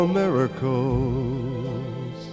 miracles